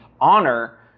honor